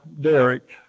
Derek